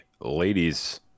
ladies